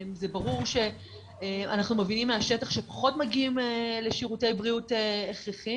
זה ברור שאנחנו מבינים מהשטח שפחות מגיעים לשירותי בריאות הכרחיים